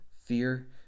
fear